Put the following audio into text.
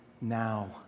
now